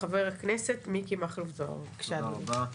חבר הכנסת מיקי מכלוף זוהר, בבקשה, אדוני.